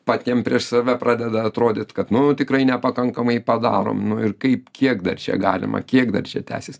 patiem prieš save pradeda atrodyt kad nu tikrai nepakankamai padarom nu ir kaip kiek dar čia galima kiek dar čia tęsis